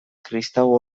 kristau